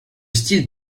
style